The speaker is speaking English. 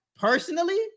personally